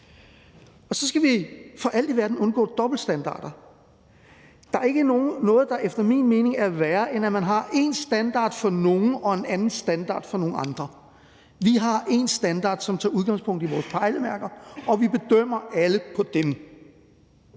Og så skal vi for alt i verden undgå dobbeltstandarder. Der er ikke noget, der efter min mening er værre, end at man har én standard for nogen og en anden standard for nogle andre. Vi har en standard, som tager udgangspunkt i vores pejlemærker, og vi bedømmer alle på dem.